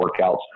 workouts